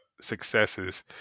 successes